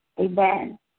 Amen